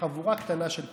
לחבורה קטנה של פקידים.